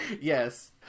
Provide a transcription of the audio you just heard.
Yes